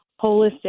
holistic